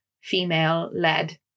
female-led